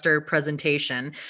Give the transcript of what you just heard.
presentation